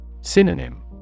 Synonym